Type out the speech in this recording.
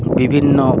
বিভিন্ন